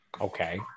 Okay